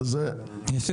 מחירים.